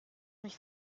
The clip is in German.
mich